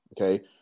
Okay